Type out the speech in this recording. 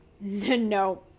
no